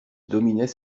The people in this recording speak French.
dominait